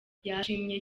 yashimiye